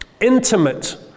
intimate